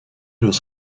was